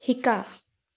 শিকা